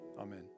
Amen